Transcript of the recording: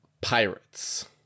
pirates